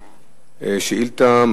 שאתה,